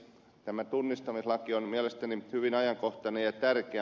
tämä tunnistamislaki on mielestäni hyvin ajankohtainen ja tärkeä